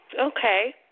Okay